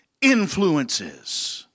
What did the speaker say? influences